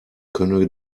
könne